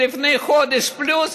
לפני חודש פלוס,